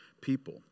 people